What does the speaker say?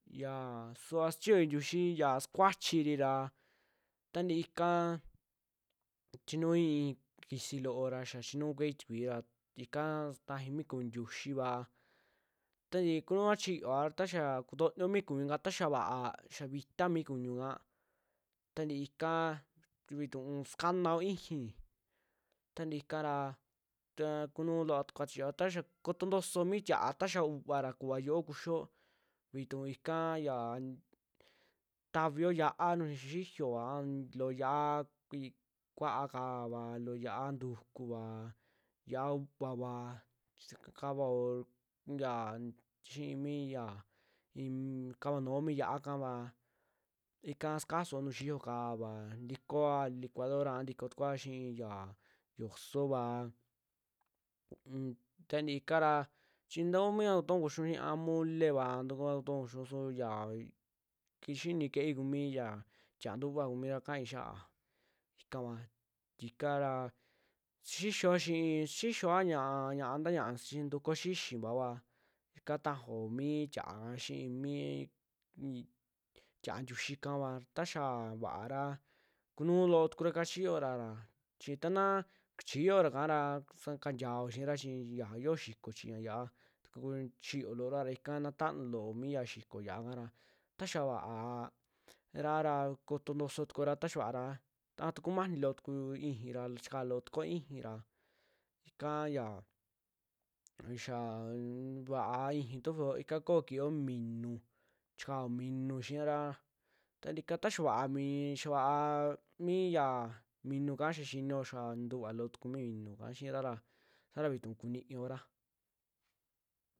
Yaa suvaa sichiyoi ntiuxii yaa sukuachiiri ra taa ntii ikaa chinuii kisii loo ra xiaa chinu'u kuei tikuii ra ikaa tajai mi kuñu ntiuxiva, tantii kunuaa chiyoa tayaa kutonio mii kuñuka taa xaa va'a, xaa vitaa mi kuñuka tantii ikaa vituu sakanao ixii, tantii ikara ta kunuu loo tukua chioara taxaa kotontoso mii tia'a ta xaa u'uvara kuvaa yiu'uo kuxioo vituu ika yaa tavio yia'a nuju xi'iyo an loo yia'a kua'a ka'ava loo yia'a ntukuva, xia'a uuvava, kisk kavao yaa xi'i mi yaa in kavaanuo mi yia'a kaava ika sukasua nuju xi'iyo kava ntikoa licuadorava, un ntikotukuoa xi'i yaa yo'osova un taa ntii ikara chi takuu mia kutoun kuxiun xiiya a moleva nta kuaa kutoun kuxiun su yaa ki- xini keei kumi ya tia'a ntuva'a kumira kai xa'a ikava, ikara sixixio xi'i, sixixioa nta ñaa'a a nta ña'a ntukuo sixixiaoa ika tajaao mi tiaaka xi'i mii- xi tia'a ntiuyii kava, ta xaa va'ara, kunuu loo tukura ika chiiyora ra chii tanaa chiyoraka ra sakantiaao xi'ira chi ya yo'o xikoo chiñaa yia'a, taku chiiyo loora ra tanuu loo mi ya xiiko yia'a kara ta'a xaa va'ara ra kotoo ntoso tukuora, taa xaa vaara a taa kumani loo tuku ixii ra chikaa loo tukuo ixii ra ika yaa vaa ixii tufio, ika ko'o kiio minuu, chikao minuu xiira tantii ika ta xaa va'a, mi- xaa va'a mi yaa minuka xaa xinio yaa nintuuva loo tuku mi minuu ka xi'ira ra saara vituu kuniiora.